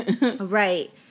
Right